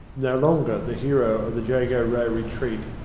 no longer the hero of the jago row retreat,